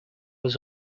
was